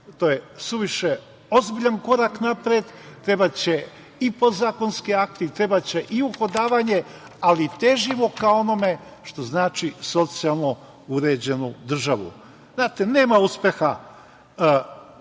To je suviše ozbiljan korak napred, trebaće i podzakonski akti, trebaće i uhodavanje, ali težimo ka onome što znači socijalno uređena država. Nema uspeha